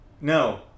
No